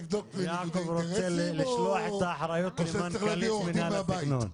לבדוק ניגוד אינטרסים או שצריך להביא עורך-דין מהבית?